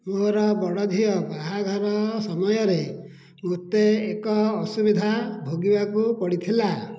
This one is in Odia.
ମୋର ବଡ଼ ଝିଅ ବାହାଘର ସମୟରେ ମୋତେ ଏକ ଅସୁବିଧା ଭୋଗିବାକୁ ପଡ଼ିଥିଲା